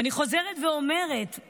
ואני חוזרת ואומרת: